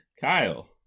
Kyle